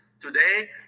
today